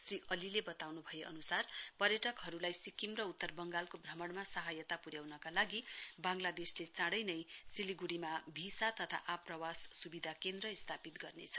श्री अलीले बताउन् भए अन्सार पर्यटकहरूलाई सिक्किम र उत्तर बंगालको भ्रमणमा सहायता पुर्याउनका लागि बांगलादेशले चाँडै नै सिलिग्डीमा भिसा तथा आप्रवास स्विधा केन्द्र स्थापित गर्नेछ